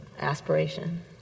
aspiration